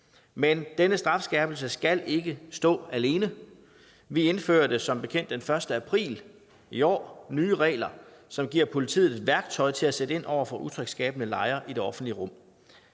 Men denne strafskærpelse skal ikke stå alene. Vi indførte som bekendt den 1. april i år nye regler, som giver politiet et værktøj til at sætte ind over for utryghedsskabende lejre i det offentlige rum.